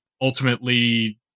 ultimately